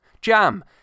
Jam